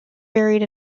buried